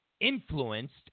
influenced